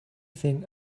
thing